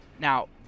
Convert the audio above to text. Now